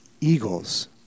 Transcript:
eagles